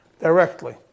directly